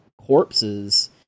corpses